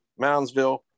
Moundsville